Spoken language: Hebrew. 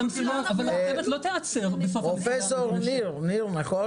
אבל הרכבת לא תיעצר בסוף ה --- פרופ' ניר, נכון?